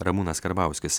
ramūnas karbauskis